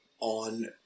on